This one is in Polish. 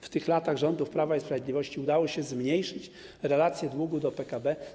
W tych latach rządów Prawa i Sprawiedliwości udało się zmniejszyć relację długu do PKB.